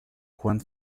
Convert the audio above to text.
juan